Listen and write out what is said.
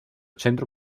centro